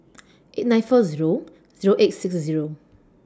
eight nine four Zero Zero eight six Zero